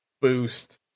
boost